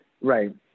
right